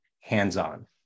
hands-on